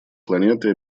планеты